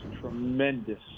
tremendous